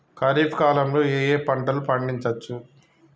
ఖరీఫ్ కాలంలో ఏ ఏ పంటలు పండించచ్చు?